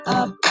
up